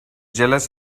jealous